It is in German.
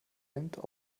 nimmt